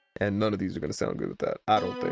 and none of these are gonna sound good with that i don't